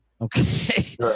Okay